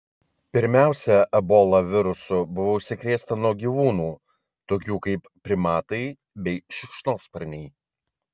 pirmiausia ebola virusu buvo užsikrėsta nuo gyvūnų tokių kaip primatai bei šikšnosparniai